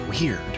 weird